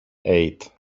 eight